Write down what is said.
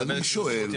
אז אני שואל.